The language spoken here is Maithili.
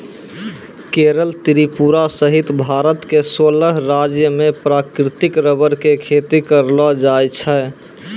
केरल त्रिपुरा सहित भारत के सोलह राज्य मॅ प्राकृतिक रबर के खेती करलो जाय छै